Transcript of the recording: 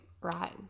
Right